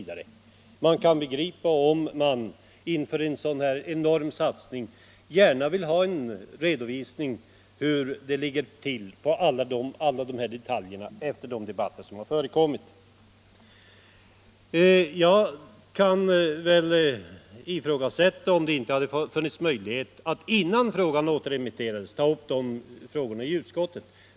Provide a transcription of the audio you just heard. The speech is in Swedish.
Det är begripligt om man inför en sådan här enorm satsning gärna vill ha en redovisning av vad som skett på alla dessa enskilda punkter, efter de debatter som förekommit. Det kan väl även ifrågasättas om det inte hade funnits möjlighet att innan ärendet återremitterades ta upp dessa frågor i utskottet."